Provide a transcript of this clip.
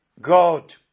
God